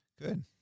Good